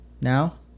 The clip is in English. Now